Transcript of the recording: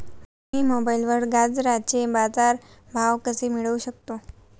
मी मोबाईलवर गाजराचे बाजार भाव कसे मिळवू शकतो?